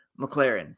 McLaren